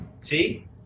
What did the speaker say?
See